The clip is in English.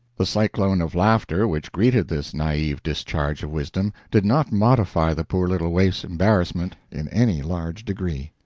the cyclone of laughter which greeted this naive discharge of wisdom did not modify the poor little waif's embarrassment in any large degree.